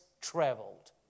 traveled